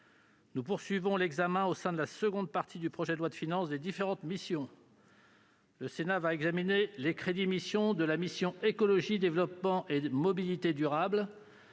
Nous poursuivons l'examen, au sein de la seconde partie du projet de loi de finances, des différentes missions. Le Sénat va examiner les crédits de la mission « Écologie, développement et mobilité durables